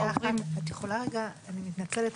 אני מתנצלת,